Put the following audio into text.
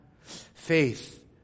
Faith